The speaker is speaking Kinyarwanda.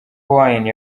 wine